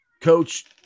coach